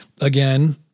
again